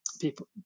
people